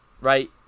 right